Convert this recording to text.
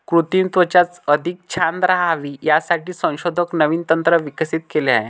कृत्रिम त्वचा अधिक छान राहावी यासाठी संशोधक नवीन तंत्र विकसित केले आहे